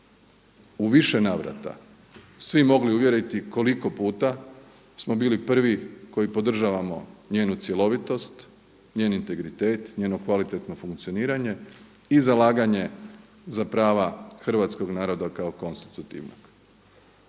u više navrata svi mogli uvjeriti koliko puta smo bili prvi koji podržavamo njenu cjelovitost, njen integritet, njeno kvalitetno funkcioniranje i zalaganje za prava hrvatskog naroda kao konstitutivnog.